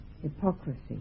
hypocrisy